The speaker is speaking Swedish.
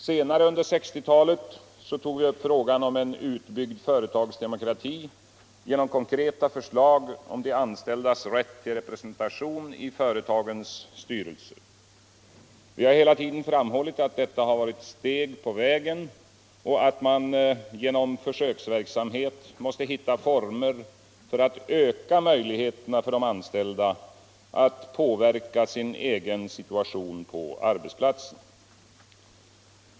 Senare under 1960-talet tog vi upp frågan om en utbyggd företagsdemokrati genom konkreta förslag om de anställdas rätt till representation i företagens styrelser. Vi har hela tiden framhållit att detta varit steg på vägen och att man genom försöksverksamhet måste hitta former för att öka möjligheterna för de anställda att påverka sin egen situation på arbetsplatsen.